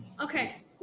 Okay